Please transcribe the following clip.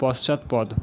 পশ্চাৎপদ